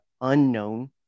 unknown